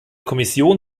kommission